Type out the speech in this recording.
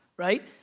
right?